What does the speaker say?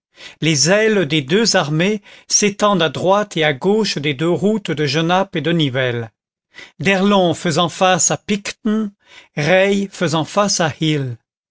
les ailes des deux armées s'étendent à droite et à gauche des deux routes de genappe et de nivelles d'erlon faisant face à picton reille faisant face à